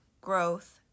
growth